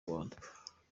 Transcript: rwanda